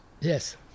Yes